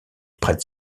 prête